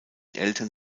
eltern